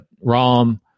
rom